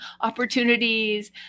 opportunities